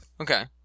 Okay